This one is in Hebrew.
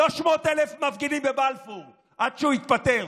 300,000 מפגינים בבלפור עד שהוא יתפטר.